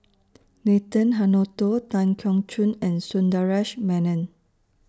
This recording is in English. Nathan Hartono Tan Keong Choon and Sundaresh Menon